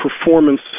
performance